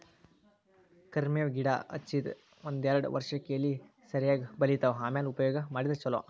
ಕರ್ಮೇವ್ ಗಿಡಾ ಹಚ್ಚದ ಒಂದ್ಯಾರ್ಡ್ ವರ್ಷಕ್ಕೆ ಎಲಿ ಸರಿಯಾಗಿ ಬಲಿತಾವ ಆಮ್ಯಾಲ ಉಪಯೋಗ ಮಾಡಿದ್ರ ಛಲೋ